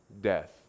death